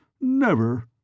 Never